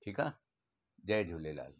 ठीकु आहे जय झूलेलाल